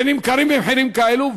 שנמכרים במחירים כאלו,